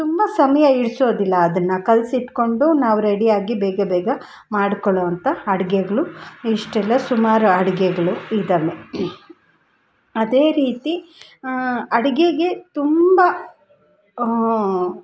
ತುಂಬ ಸಮಯ ಹಿಡ್ಸೋದಿಲ್ಲ ಅದನ್ನು ಕಲಿಸಿಟ್ಕೊಂಡು ನಾವು ರೆಡಿಯಾಗಿ ಬೇಗ ಬೇಗ ಮಾಡ್ಕೊಳ್ಳೋ ಅಂಥ ಅಡ್ಗೆಗಳು ಇಷ್ಟೆಲ್ಲ ಸುಮಾರು ಅಡ್ಗೆಗಳು ಇದ್ದಾವೆ ಅದೇ ರೀತಿ ಅಡಿಗೆಗೆ ತುಂಬ